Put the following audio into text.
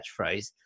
catchphrase